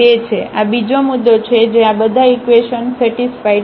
આ બીજો મુદ્દો છે જે આ બધા ઇકવેશન સેટિસ્ફાઇડ છે